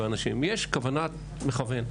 יש כוונת מכוון.